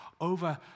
over